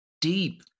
deep